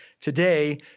today